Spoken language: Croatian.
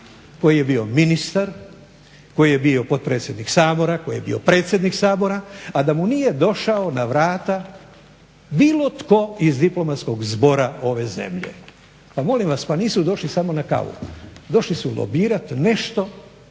koji je bio ministar, koji je bio potpredsjednik Sabora, koji je bio predsjednik Sabora, a da mu nije došao na vrata bilo tko iz diplomatskog zbora ove zemlje. Pa molim vas pa nisu došli samo na kavu, došli su lobirat nešto